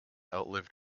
outlived